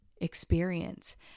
experience